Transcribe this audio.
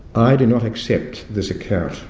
i do not accept this account.